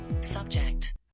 Subject